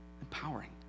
Empowering